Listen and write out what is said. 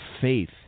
faith